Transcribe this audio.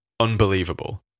unbelievable